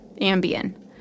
Ambien